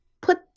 put